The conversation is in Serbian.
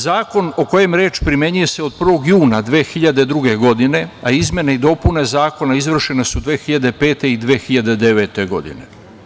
Zakon o kojem je reč primenjuje se od 1. juna 2002. godine, a izmene i dopune Zakona izvršene su 2005. i 2009. godine.